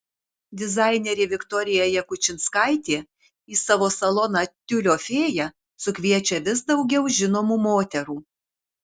dizainerė viktorija jakučinskaitė į savo saloną tiulio fėja sukviečia vis daugiau žinomų moterų